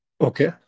Okay